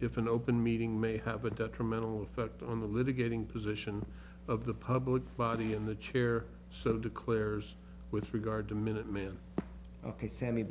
if an open meeting may have a detrimental effect on the litigating position of the public body in the chair so declares with regard to minuteman ok sa